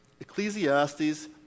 Ecclesiastes